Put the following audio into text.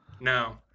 No